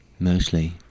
Mostly